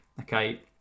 okay